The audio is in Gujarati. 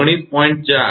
4 kV કહો છો